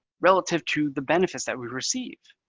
relative to the benefits that we receive.